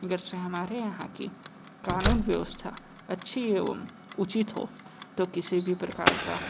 अगर जैसे हमारे यहाँ की कानून व्यवस्था अच्छी एवं उचित हो तो किसी भी प्रकार का